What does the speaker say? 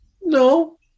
no